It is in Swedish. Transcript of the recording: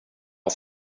har